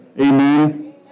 Amen